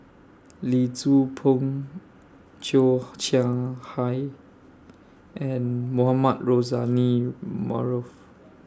Lee Tzu Pheng Cheo Chai Hiang and Mohamed Rozani Maarof